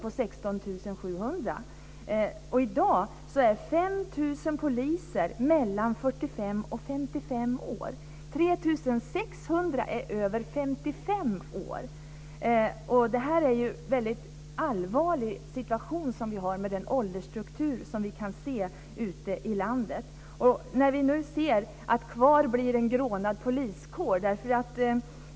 I dag är 5 000 poliser mellan 45 och 55 år. 3 600 är över 55 år. Det är en allvarlig situation vi har med den åldersstruktur som vi kan se ute i landet. Vi ser nu att kvar blir en grånad poliskår.